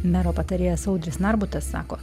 mero patarėjas audris narbutas sako